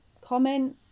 comment